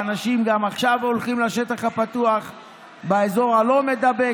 ואנשים גם עכשיו הולכים לשטח הפתוח באזור הלא-מידבק.